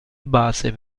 base